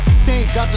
stink